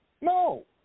No